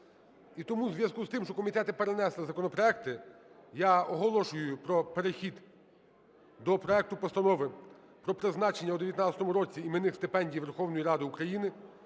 І тому у зв'язку з тим, що комітети перенесли законопроекти, я оголошую про перехід до проекту Постанови про призначення у 2019 році іменних стипендій Верховної Ради України